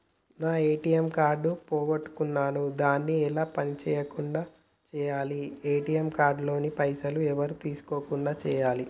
నా ATM card పోగొట్టుకున్నా దాన్ని ఎలా పని చేయకుండా చేయాలి ఏ.టి.ఎమ్ కార్డు లోని పైసలు ఎవరు తీసుకోకుండా చేయాలి?